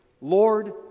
Lord